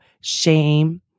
shame –